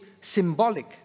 symbolic